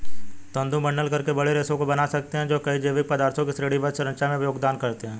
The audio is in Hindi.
तंतु बंडल करके बड़े रेशे बना सकते हैं जो कई जैविक पदार्थों की श्रेणीबद्ध संरचना में योगदान करते हैं